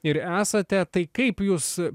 ir esate tai kaip jūs